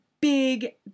big